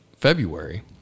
February